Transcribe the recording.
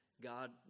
God